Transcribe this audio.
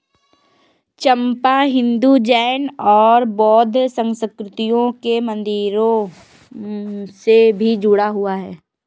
चंपा हिंदू, जैन और बौद्ध संस्कृतियों के मंदिरों से भी जुड़ा हुआ है